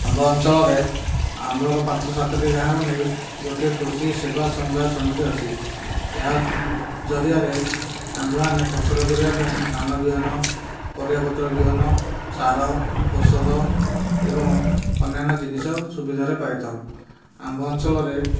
ଆମ ଅଞ୍ଚଳରେ ଆମ୍ଭରର ପାଞ୍ଚ ସାତୋଟି ଗାଁକୁ ନେଇ ଗୋଟିଏ କୃଷି ସେବା ସମବାୟ ସମିତି ଅଛି ଏହା ଜରିଆରେ ଆମ୍ଭମାନେ ଫସଲ କରିବା ପାଇଁ ଧାନ ବିହନ ପରିବା ପତ୍ର ବିହନ ସାର ଔଷଧ ଏବଂ ଅନ୍ୟାନ୍ୟ ଜିନିଷ ସୁବିଧାରେ ପାଇଥାଉ ଆମ୍ଭ ଅଞ୍ଚଳରେ